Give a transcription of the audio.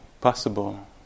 possible